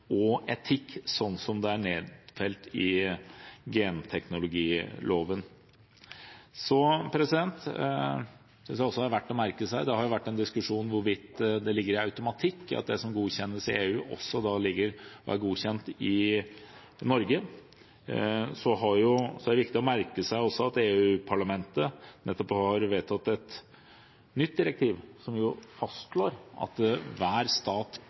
og etikk, slik det er nedfelt i genteknologiloven. Jeg synes dette er verdt å merke seg: Det har vært en diskusjon om hvorvidt det ligger en automatikk i at det som godkjennes i EU, også er godkjent i Norge. Så er det også viktig å merke seg at EU-parlamentet nettopp har vedtatt et nytt direktiv, som fastslår at hver stat